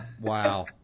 Wow